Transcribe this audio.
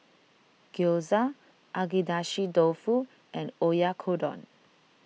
Gyoza Agedashi Dofu and Oyakodon